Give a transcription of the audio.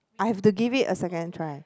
I have to give it a second try